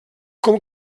com